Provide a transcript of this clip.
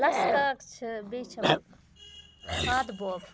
لَسہٕ کاک چھُ بیٚیہِ چھِ فاتہٕ بوبہٕ